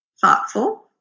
thoughtful